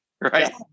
Right